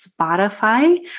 Spotify